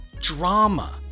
drama